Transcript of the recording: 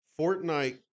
Fortnite